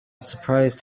surprised